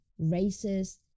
racist